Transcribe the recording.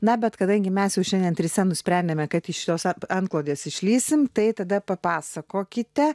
na bet kadangi mes jau šiandien trise nusprendėme kad iš jos antklodės išlįsime tai tada papasakokite